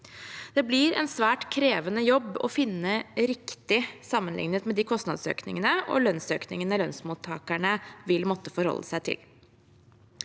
Det blir en svært krevende jobb å finne riktig økning sammenlignet med de kostnadsøkningene og lønnsøkningene lønnsmottakerne vil måtte forholde seg til.